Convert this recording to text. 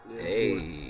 hey